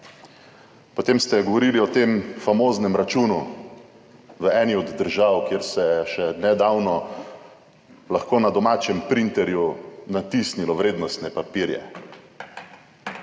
Potem ste govorili o tem famoznem računu v eni od držav, kjer se je še nedavno lahko na domačem printerju natisnilo vrednostne papirje,